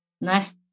Nice